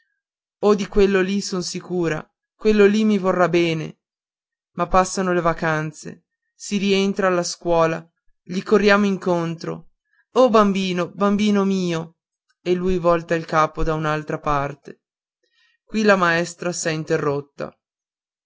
oh di quello lì son sicura quello lì mi vorrà bene ma passano le vacanze si rientra alla scuola gli corriamo incontro o bambino bambino mio e lui volta il capo da un'altra parte qui la maestra s'è interrotta